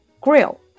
grill